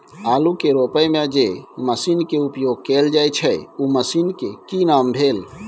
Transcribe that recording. आलू के रोपय में जे मसीन के उपयोग कैल जाय छै उ मसीन के की नाम भेल?